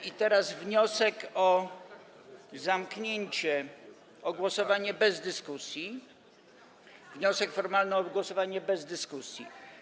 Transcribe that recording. I teraz wniosek o zamknięcie, o głosowanie bez dyskusji, wniosek formalny o głosowanie bez dyskusji.